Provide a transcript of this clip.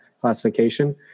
classification